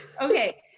Okay